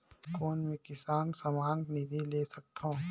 कौन मै किसान सम्मान निधि ले सकथौं?